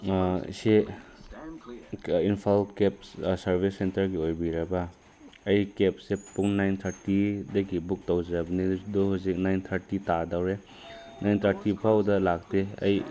ꯁꯦ ꯏꯝꯐꯥꯜ ꯀꯦꯞꯁ ꯁꯥꯔꯕꯤꯁ ꯁꯦꯟꯇꯔꯒꯤ ꯑꯣꯏꯕꯤꯔꯕ ꯑꯩ ꯀꯦꯞꯁꯦ ꯄꯨꯡ ꯅꯥꯏꯟ ꯊꯥꯔꯇꯤꯗꯒꯤ ꯕꯨꯛ ꯇꯧꯖꯕꯅꯤ ꯑꯗꯣ ꯍꯧꯖꯤꯛ ꯅꯥꯏꯟ ꯊꯥꯔꯇꯤ ꯇꯥꯗꯧꯔꯦ ꯅꯥꯏꯟ ꯊꯥꯔꯇꯤ ꯐꯥꯎꯕꯗ ꯂꯥꯛꯇꯦ ꯑꯩ